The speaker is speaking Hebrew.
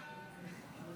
ואוכלוסייה